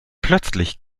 plötzlich